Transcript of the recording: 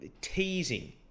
teasing